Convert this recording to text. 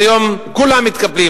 והיום כולם מתקפלים.